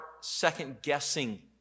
second-guessing